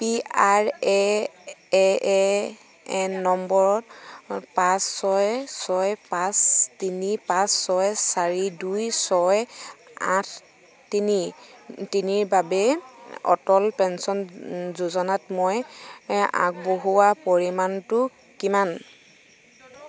P R A N নম্বৰ পাঁচ ছয় ছয় পাঁচ তিনি পাঁচ ছয় চাৰি দুই ছয় আঠ তিনি তিনিৰ বাবে অটল পেঞ্চন যোজনাত মই আগবঢ়োৱা পৰিমাণটো কিমান